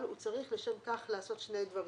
אבל הוא צריך לשם כך לעשות שני דברים.